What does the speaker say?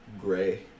gray